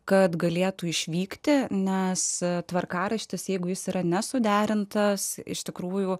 kad galėtų išvykti nes tvarkaraštis jeigu jis yra nesuderintas iš tikrųjų